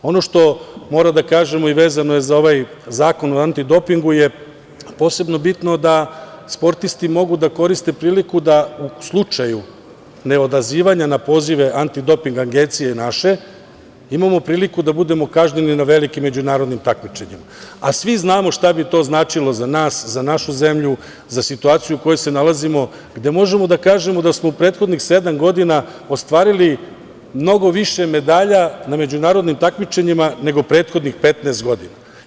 Ono što moramo da kažemo i vezano je za ovaj Zakon o antidopingu je posebno bitno da sportisti mogu da koriste priliku da u slučaju neodazivanja na pozive Antidoping agencije naše imamo priliku da budemo kažnjeni na velikim međunarodnim takmičenjima, a svi znamo šta bi to značilo za nas, za našu zemlju, za situaciju u kojoj se nalazimo, gde možemo da kažemo da smo u prethodnih sedam godina ostvarili mnogo više medalja na međunarodnim takmičenjima nego prethodnih 15 godina.